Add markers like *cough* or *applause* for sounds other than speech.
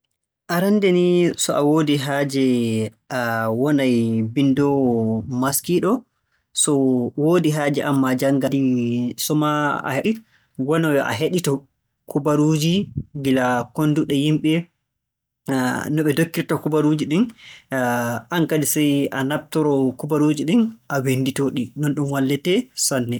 Arannde ni so a woodi haaje a wonay binndowo maskiiɗo, so woodi haaje aan maa janngaa, *hesitation* so maa a he - wona yo a heɗitoo kubaruuji gila konnduɗe yimɓe *hesitation* no be ndokkirta kubaruuji ɗin *hesitation* aan kadi see a naftoroo kubaruuji ɗin a winnditoo-ɗi.